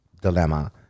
dilemma